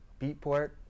Beatport